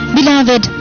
Beloved